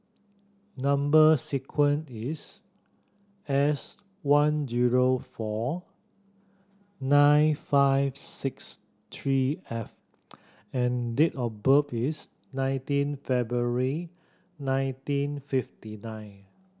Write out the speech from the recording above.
number sequence is S one zero four nine five six three F and date of birth is nineteen February nineteen fifty nine